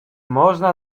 można